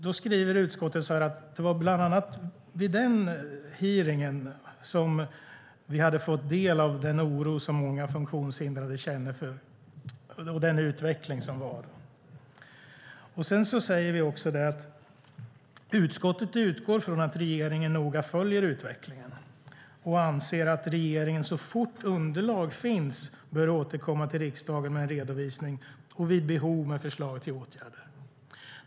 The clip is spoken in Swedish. Utskottet skriver att det var bland annat vid den hearingen som vi hade fått del av den oro som många funktionshindrade kände för den utveckling som var. Det sägs också att utskottet utgår från att regeringen noga följer utvecklingen och anser att regeringen så fort underlag finns bör återkomma till riksdagen med en redovisning och vid behov med förslag till åtgärder.